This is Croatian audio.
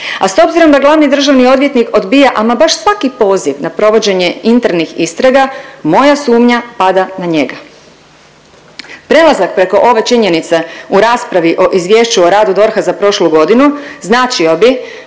A s obzirom da glavni državni odvjetnik odbija ama baš svaki poziv na provođenje internih istraga moja sumnja pada na njega. Prelazak preko ove činjenice u raspravi o izvješću o radu DORH-a za prošlu godinu značio bi